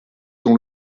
dans